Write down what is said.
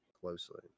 closely